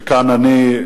וכאן אני,